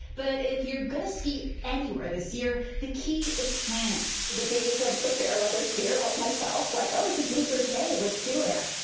but if you are going to ski anywhere this year, the key is planning. the days of a fairweather skier, like myself, like, oh, it's a bluebird day, let's do it.